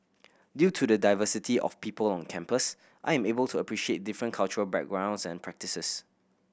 due to the diversity of people on campus I am able to appreciate different cultural backgrounds and practices